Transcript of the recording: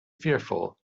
fearful